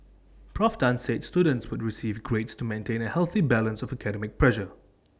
Prof Tan said students would still receive grades to maintain A healthy balance of academic pressure